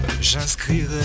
j'inscrirai